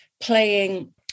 playing